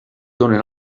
donen